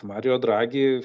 marijo dragi